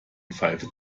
pfeife